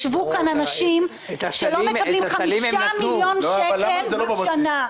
ישבו כאן אנשים שלא מקבלים 5 מיליון שקלים לשנה.